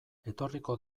etorriko